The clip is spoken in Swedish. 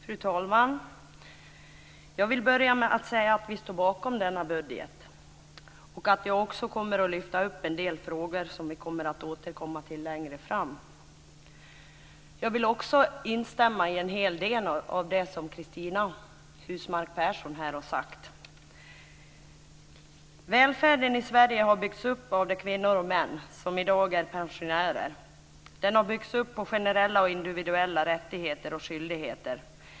Fru talman! Jag vill börja med att säga att vi står bakom denna budget och att jag kommer att lyfta upp en del frågor som vi kommer att återkomma till längre fram. Jag vill också instämma i en hel del av det som Cristina Husmark Pehrsson här har sagt. Välfärden i Sverige har byggts upp av kvinnor och män som i dag är pensionärer. Den har byggts upp på generella och individuella rättigheter och skyldigheter.